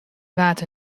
waard